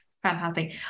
Fantastic